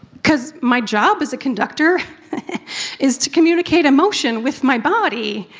because my job as a conductor is to communicate emotion with my body.